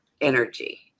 energy